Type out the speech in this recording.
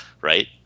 right